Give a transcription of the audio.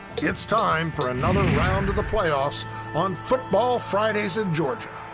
it's time for another round of the playoffs on football fridays in georgia.